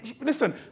Listen